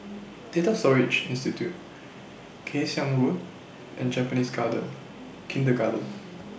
Data Storage Institute Kay Siang Road and Japanese Garden Kindergarten